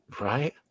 Right